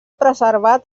preservat